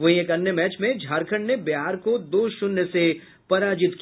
वहीं एक अन्य मैच में झारखंड ने बिहार को दो शून्य से पराजित किया